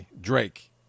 Drake